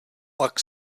pak